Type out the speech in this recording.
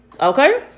Okay